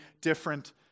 different